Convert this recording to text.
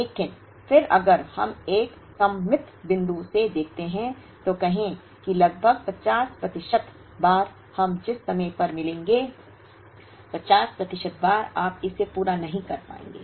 लेकिन फिर अगर हम एक सममित बिंदु से देखते हैं तो कहें कि लगभग 50 प्रतिशत बार हम जिस समय पर मिलेंगे 50 प्रतिशत बार आप इसे पूरा नहीं कर पाएंगे